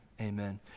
amen